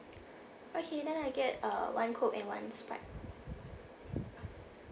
okay then I get err one coke and one sprite